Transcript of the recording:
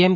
એમ